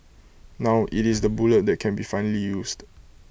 now IT is the bullet that can be finally used